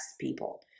people